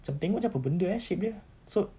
something macam apa benda ya shape dia so